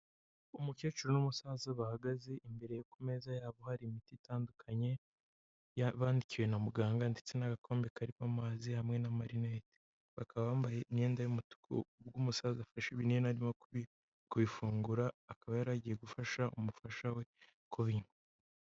Umukecuru n'umusaza bahagaze imbere ku meza yabo hari imiti itandukanye, yabandikiwe na muganga ndetse n'agakombe karimo amazi hamwe n'amarinete. Bakaba bambaye imyenda y'umutuku ubwo umusaza afashe ibinini arimo kubifungura akaba yari agiye gufasha umufasha we kubinywa.